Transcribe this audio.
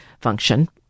function